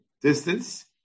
distance